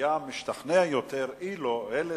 היה משתכנע יותר אילו אלה